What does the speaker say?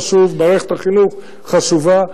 חשוב,